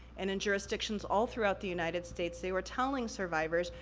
and in jurisdictions all throughout the united states, they were telling survivors,